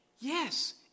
yes